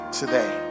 today